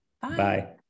Bye